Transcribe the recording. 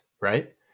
right